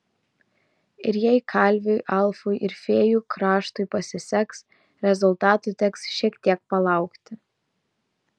ir jei kalviui alfui ir fėjų kraštui pasiseks rezultatų teks šiek tiek palaukti